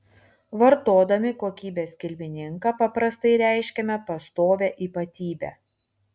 vartodami kokybės kilmininką paprastai reiškiame pastovią ypatybę